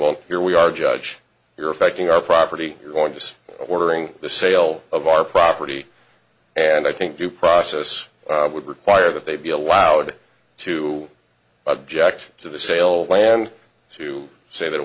here we are judge you're affecting our property you're going to ordering the sale of our property and i think due process would require that they be allowed to object to the sale land to say that it